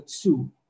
two